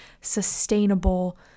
sustainable